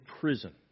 prison